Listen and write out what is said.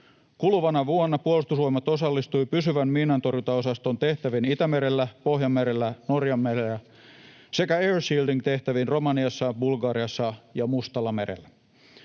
Kuluvana vuonna Puolustusvoimat osallistui pysyvän miinantorjuntaosaston tehtäviin Itämerellä, Pohjanmerellä ja Norjanmerellä sekä air shielding ‑tehtäviin Romaniassa, Bulgariassa ja Mustallamerellä.